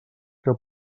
que